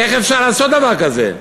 איך אפשר לעשות דבר כזה,